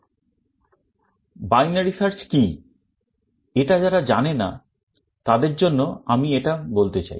binary search কি এটা যারা জানে না তাদের জন্য আমি এটা বলতে চাই